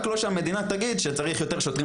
רק לא שהמדינה תגיד שצריך יותר שוטרים